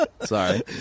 Sorry